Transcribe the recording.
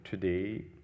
today